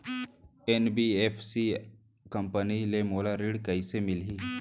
NBFC company ले मोला ऋण कइसे मिलही?